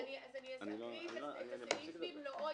אז אני -- -אם אפשר.